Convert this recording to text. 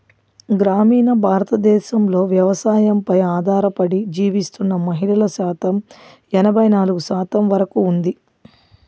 గ్రామీణ భారతదేశంలో వ్యవసాయంపై ఆధారపడి జీవిస్తున్న మహిళల శాతం ఎనబై నాలుగు శాతం వరకు ఉంది